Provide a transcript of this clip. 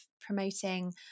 promoting